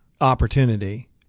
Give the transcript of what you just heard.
opportunity